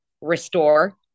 restore